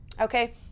okay